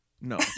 no